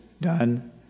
done